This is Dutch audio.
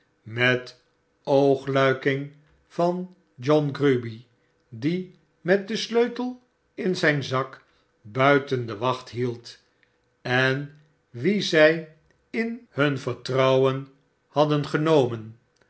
met oogluiking van john grueby die met den sleutel in zijn zak buiten de wacht hield en wien zij in hun vertrouwen hadden genomen